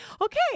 Okay